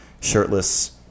shirtless